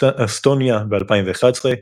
אסטוניה ב-2011,